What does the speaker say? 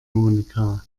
monika